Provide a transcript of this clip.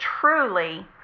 truly